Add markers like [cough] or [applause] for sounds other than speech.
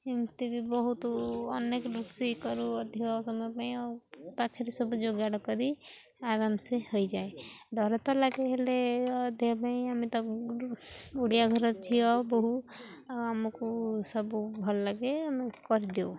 ଏମିତି ବି ବହୁତୁ ଅନେକ ରୋଷେଇ କରୁ ଅଧିକ ସମୟ ପାଇଁ ଆଉ ପାଖରେ ସବୁ ଯୋଗାଡ଼ କରି ଆରାମସେ ହୋଇଯାଏ ଡ଼ର ତ ଲାଗେ ହେଲେ [unintelligible] ପାଇଁ ଆମେ ତ ଓଡ଼ିଆ ଘର ଝିଅ ବୋହୁ ଆଉ ଆମକୁ ସବୁ ଭଲ ଲାଗେ ଆମେ କରିଦେଉ